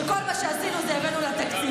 כשכל מה שעשינו הוא להביא לה תקציבים.